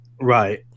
right